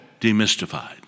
demystified